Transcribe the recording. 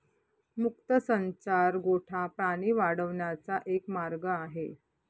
मुक्त संचार गोठा प्राणी वाढवण्याचा एक मार्ग आहे